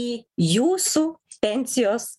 į jūsų pensijos